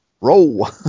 Roll